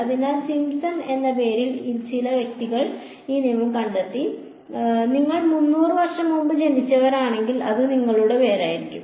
അതിനാൽ സിംപ്സൺ എന്ന പേരിൽ ചില വ്യക്തികൾ ഈ നിയമം കണ്ടെത്തി നിങ്ങൾ 300 വർഷം മുമ്പ് ജനിച്ചവരാണെങ്കിൽ അത് നിങ്ങളുടെ പേരായിരിക്കും